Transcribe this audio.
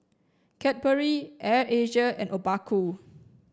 Cadbury Air Asia and Obaku